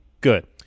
good